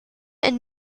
and